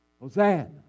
Hosanna